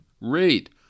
Rate